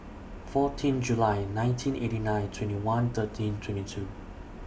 fourteen July nineteen eighty nine twenty one thirteen twenty two